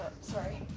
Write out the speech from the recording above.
sorry